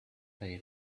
pay